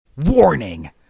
Warning